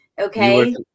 Okay